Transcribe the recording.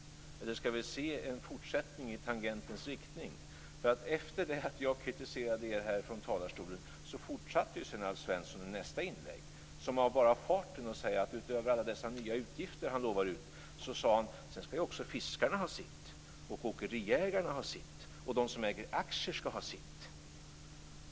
Eller skall vi se en fortsättning i tangentens riktning? Efter det att jag kritiserade er från talarstolen här fortsatte Alf Svensson i nästa inlägg av bara farten och sade att utöver alla nya utgifter han utlovar nu skall också fiskarna ha sitt, åkeriägarna ha sitt och de som äger aktier ha sitt.